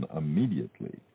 immediately